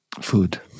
Food